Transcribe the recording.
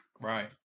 Right